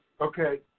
Okay